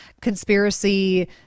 conspiracy